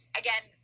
again